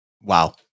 Wow